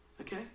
okay